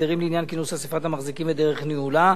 הסדרים לעניין כינוס אספת המחזיקים ודרך ניהולה,